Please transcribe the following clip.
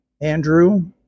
Andrew